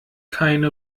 keine